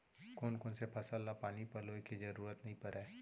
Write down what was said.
कोन कोन से फसल ला पानी पलोय के जरूरत नई परय?